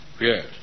Yes